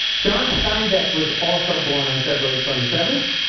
john steinbeck was also born on february twenty seven,